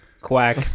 Quack